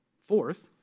Fourth